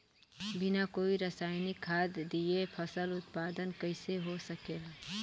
बिना कोई रसायनिक खाद दिए फसल उत्पादन कइसे हो सकेला?